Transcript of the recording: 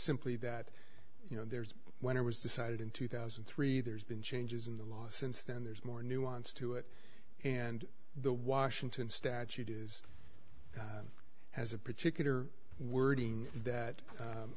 simply that you know there's when it was decided in two thousand and three there's been changes in the law since then there's more nuance to it and the washington statute is has a particular wording that